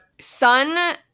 Sun